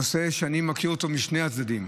נושא שאני מכיר משני הצדדים,